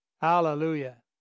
Hallelujah